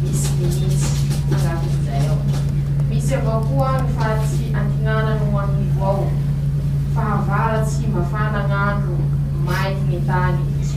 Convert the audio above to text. misy ñy nintsy añatiny zay ao, misy avao koa ñy faritsy antiña noho añivo ao, fahavaratsy mafana ñ'andro, maiky ñy tany.